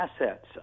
assets